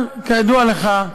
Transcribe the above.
אבל כידוע לך,